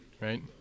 Right